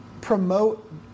promote